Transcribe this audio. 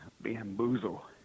bamboozle